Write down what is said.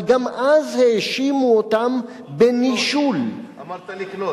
כפי שאנחנו יודעים, בהתאם להסכם וושינגטון,